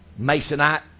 masonite